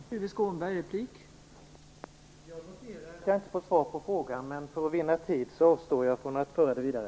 Fru talman! Jag noterar att jag inte får svar på frågan. Men för att vinna tid avstår jag från att föra den vidare.